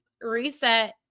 reset